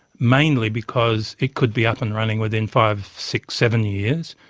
mainly because it could be up and running within five, six, seven years,